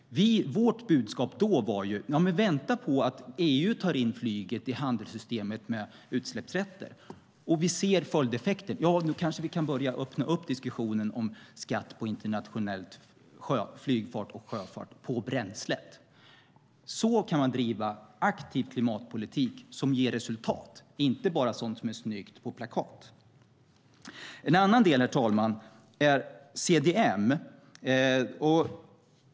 Vårt budskap var då att vänta på att EU tar in flyget i handelssystemet med utsläppsrätter. Vi ser följdeffekter. Nu kanske vi kan öppna diskussionen för skatt på bränsle på internationell flygfart och sjöfart. Så kan man driva aktiv klimatpolitik som ger resultat, inte bara sådant som är snyggt på plakat. En annan fråga, herr talman, är CDM.